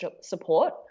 support